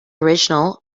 original